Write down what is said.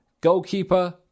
goalkeeper